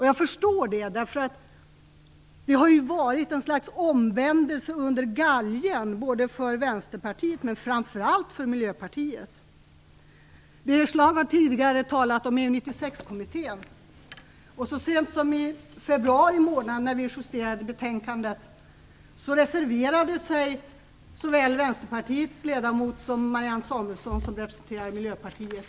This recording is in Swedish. Jag förstår det, därför att det har ju varit ett slags omvändelse under galgen, för Vänsterpartiet men framför allt för Miljöpartiet. Birger Schlaug har tidigare talat om EU 96 kommittén, och så sent som i februari månad, när vi justerade betänkandet, reserverade sig såväl Vänsterpartiets ledamot som Marianne Samuelsson, som representerade Miljöpartiet.